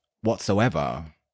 whatsoever